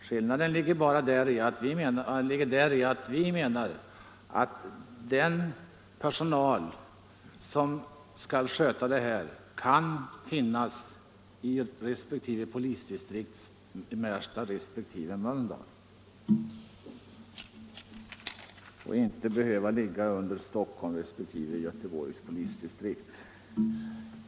Skillnaden mellan oss ligger däri att vi menar att den personal som skall sörja för säkerheten kan finnas i Märsta resp. Mölndals polisdistrikt och inte behöva ligga under Stockholms resp. Göteborgs polisdistrikt.